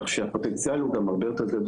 כך שהפוטנציאל הוא גם הרבה יותר גדול